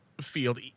field